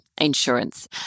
insurance